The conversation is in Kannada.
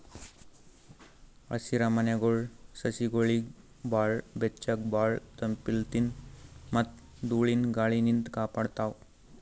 ಹಸಿರಮನೆಗೊಳ್ ಸಸಿಗೊಳಿಗ್ ಭಾಳ್ ಬೆಚ್ಚಗ್ ಭಾಳ್ ತಂಪಲಿನ್ತ್ ಮತ್ತ್ ಧೂಳಿನ ಗಾಳಿನಿಂತ್ ಕಾಪಾಡ್ತಾವ್